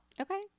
Okay